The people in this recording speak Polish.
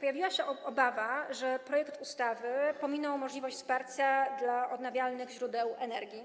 Pojawiła się obawa, że projekt ustawy pominął możliwość wsparcia dla odnawialnych źródeł energii,